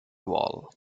wall